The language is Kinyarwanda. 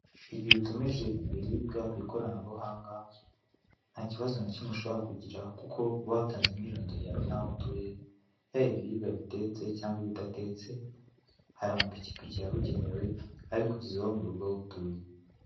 Igihe utumije ibiribwa ku ikoranabuhanga, ntakibazo nakimwe ushobora kugira kuko uba watanze imyirondoro yawe n'aho utuye, yaba ibiribwa bitetse cyangwa ibidatetse, hari amapikipiki yabigenewe, abikugezaho murugo aho utuye.